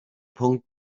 punkt